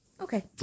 Okay